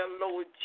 Lord